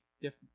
different